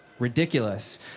ridiculous